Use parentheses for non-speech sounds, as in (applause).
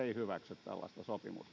(unintelligible) ei hyväksy tällaista sopimusta no